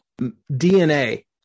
DNA